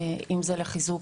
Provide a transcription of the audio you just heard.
אם זה בחיזוק,